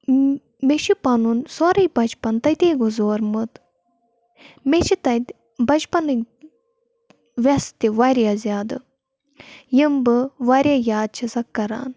مےٚ چھُ پَنُن سورُے بَچپَن تَتی گُزورمُت مےٚ چھِ تَتہِ بَچپَنٕکۍ ویس تہِ واریاہ زیادٕ یِم بہٕ واریاہ یاد چھِسکھ کَران